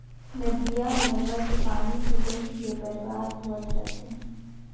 नदिया नरूवा के पानी हर बही के बरबाद होवत रथे